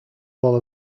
well